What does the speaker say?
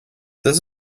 this